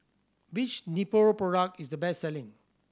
which Nepro product is the best selling